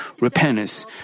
repentance